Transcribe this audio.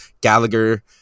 Gallagher